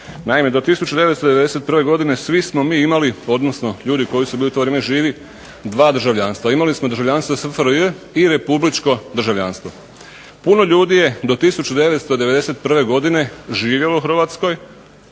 Naime do 1991. godine svi smo mi imali odnosno ljudi koji su to vrijeme bili živi imali dva državljanstva, imali smo državljanstvo SFRJ i republičko državljanstvo. Puno ljudi je do 1991. godine živjelo u Hrvatskoj